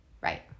Right